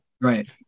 Right